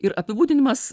ir apibūdinimas